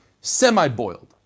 Semi-boiled